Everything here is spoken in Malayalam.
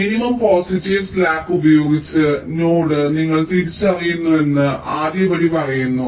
മിനിമം പോസിറ്റീവ് സ്ലാക്ക് ഉപയോഗിച്ച് നോഡ് നിങ്ങൾ തിരിച്ചറിയുന്നുവെന്ന് ആദ്യപടി പറയുന്നു